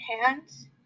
hands